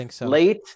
late